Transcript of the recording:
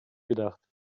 gedacht